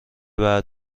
بعد